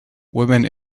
women